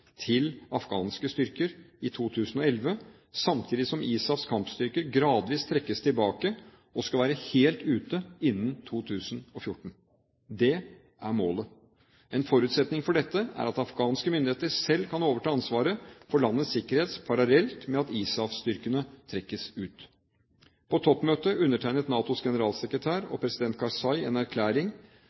til afghanske styrker i 2011, samtidig som ISAFs kampstyrker gradvis trekkes tilbake og skal være helt ute innen 2014. Det er målet. En forutsetning for dette er at afghanske myndigheter selv kan overta ansvaret for landets sikkerhet parallelt med at ISAF-styrkene trekkes ut. På toppmøtet undertegnet NATOs generalsekretær og president Karzai en erklæring